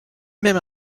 même